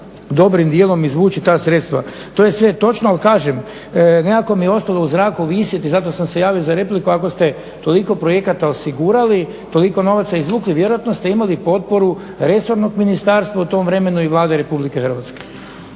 dobrim dijelom izvući ta sredstva. To je sve točno ali kažem, nekako mi je ostalo u zraku visiti i zato sam se javio za repliku, ako ste toliko projekata osigurali, toliko novaca izvukli vjerojatno ste imali potporu resornog ministarstva u tom vremenu i Vlade Republike Hrvatske.